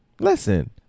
Listen